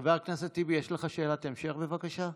חבר הכנסת טיבי, יש לך שאלת המשך, בבקשה?